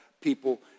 people